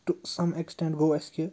to some extent گوٚو اَسہِ کہِ